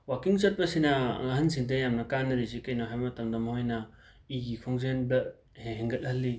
ꯋꯥꯀꯤꯡ ꯆꯠꯄꯁꯤꯅ ꯑꯍꯟꯁꯤꯡꯗ ꯌꯥꯝꯅ ꯀꯥꯟꯅꯔꯤꯁꯤ ꯀꯩꯅꯣ ꯍꯥꯏꯕ ꯃꯇꯝꯗ ꯃꯍꯣꯏꯅ ꯏꯒꯤ ꯈꯣꯡꯖꯦꯟꯗ ꯍꯦ ꯍꯦꯟꯒꯠꯍꯜꯂꯤ